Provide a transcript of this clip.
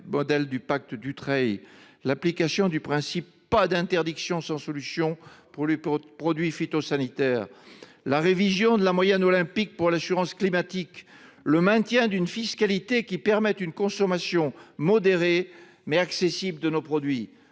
modèle du pacte Dutreil ; l’application du principe « pas d’interdiction sans solution » pour les produits phytosanitaires ;… Bravo !… la révision de la moyenne olympique pour l’assurance climatique ; le maintien d’une fiscalité qui permette une consommation modérée, mais accessible, de nos produits